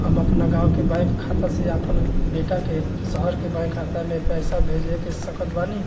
हम अपना गाँव के बैंक खाता से अपना बेटा के शहर के बैंक खाता मे पैसा कैसे भेज सकत बानी?